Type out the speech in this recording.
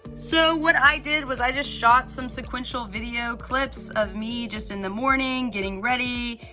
so, what i did was i just shot some sequential video clips of me just in the morning getting ready,